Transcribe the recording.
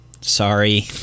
Sorry